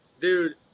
dude